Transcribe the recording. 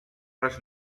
les